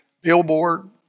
billboard